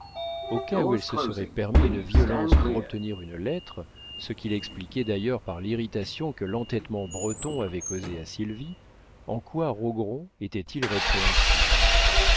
au cas où elle se serait permis une violence pour obtenir une lettre ce qu'il expliquait d'ailleurs par l'irritation que l'entêtement breton avait causée à sylvie en quoi rogron était-il répréhensible